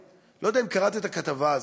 אני לא יודע אם קראת את הכתבה הזאת,